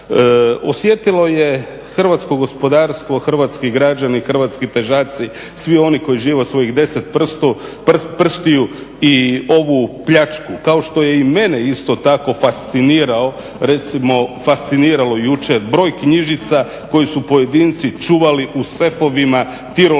Osjetilo je hrvatsko gospodarstvo, hrvatski građani, hrvatski težaci, svi oni koji žive od svojih 10 prstiju i ovu pljačku, kao što je i mene isto tako fasciniralo jučer broj knjižica koje su pojedinci čuvali u sefovima tirolskih